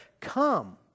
Come